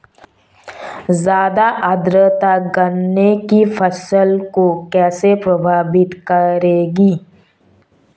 ज़्यादा आर्द्रता गन्ने की फसल को कैसे प्रभावित करेगी?